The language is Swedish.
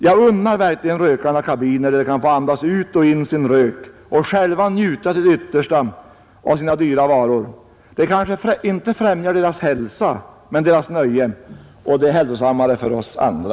Jag unnar verkligen rökarna kabiner där de får andas in och ut sin rök och själva njuta till det yttersta av sina dyra varor. Det kanske inte främjar deras hälsa men deras nöje och det är hälsosammare för oss andra.